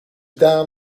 down